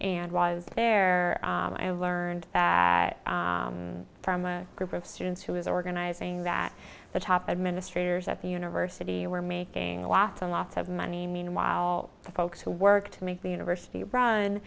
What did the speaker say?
and was there i learned from a group of students who was organizing that the top administrators at the university were making lots and lots of money meanwhile the folks who work to make the university